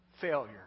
failure